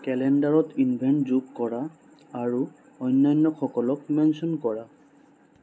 কেলেণ্ডাৰত ইভেণ্ট যোগ কৰা আৰু অন্যান্যসকলক মেনশ্যন কৰা